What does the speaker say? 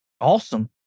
Awesome